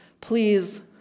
please